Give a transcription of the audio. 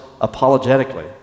apologetically